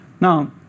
Now